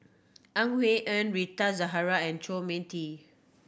Ang Wei Neng Rita Zahara and Chu Mia Tee